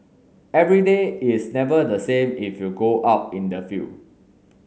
every day is never the same if you go out in the field